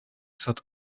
staat